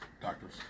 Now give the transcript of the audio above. Doctors